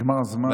נגמר הזמן.